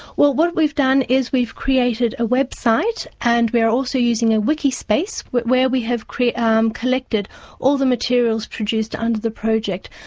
well what we've done is, we've created a website and we're also using a wikispace where we have um collected all the materials produced under the project.